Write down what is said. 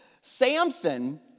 Samson